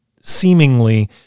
seemingly